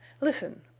Listen